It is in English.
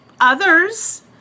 others